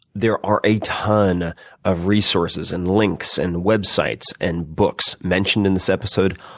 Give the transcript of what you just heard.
there are a ton of resources and links and websites, and books mentioned in this episode.